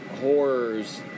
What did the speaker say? horrors